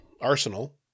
Arsenal